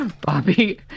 Bobby